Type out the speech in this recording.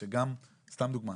סתם דוגמה,